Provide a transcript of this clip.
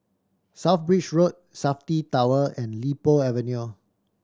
South Bridge Road Safti Tower and Li Po Avenue